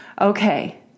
okay